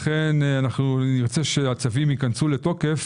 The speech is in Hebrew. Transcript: לכן נרצה שהצווים ייכנסו לתוקף